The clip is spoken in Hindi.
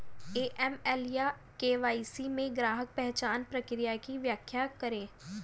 ए.एम.एल या के.वाई.सी में ग्राहक पहचान प्रक्रिया की व्याख्या करें?